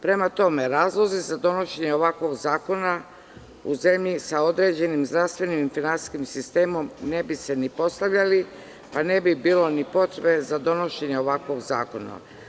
Prema tome, razlozi za donošenje ovakvog zakona u zemlji sa zdravstvenim i finansijskim sistemom ne bi se ni postavljali, pa ne bi bilo potrebe za donošenje ovakvog zakona.